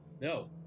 no